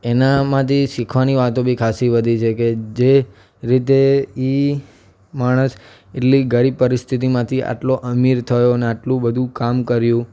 એનામાંથી શીખવાની વાતો બી ખાસી બધી છે કે જે રીતે ઈ માણસ એટલી ગરીબ પરિસ્થિતિમાંથી આટલો અમીર થયો અને આટલું બધું કામ કર્યું